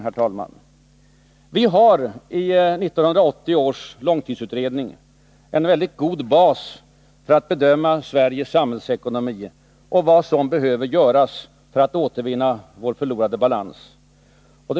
» Vi har i 1980 års långtidsutredning en väldigt god bas för att bedöma Sveriges samhällsekonomi och vad som behöver göras för att återvinna dess förlorade balans.